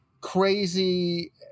crazy